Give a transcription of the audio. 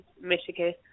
Michigan